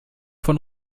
von